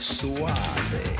Suave